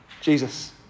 Jesus